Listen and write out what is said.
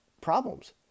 problems